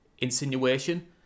insinuation